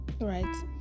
Right